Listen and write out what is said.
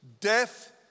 death